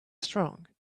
strong